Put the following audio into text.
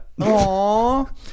Aww